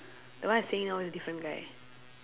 the one I saying now is different guy